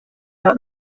that